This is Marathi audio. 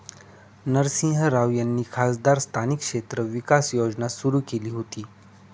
नरसिंह राव यांनी खासदार स्थानिक क्षेत्र विकास योजना सुरू केली होती